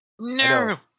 No